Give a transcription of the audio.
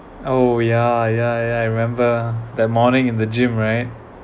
oh ya ya ya I remember that morning in the gym right